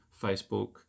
Facebook